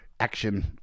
Action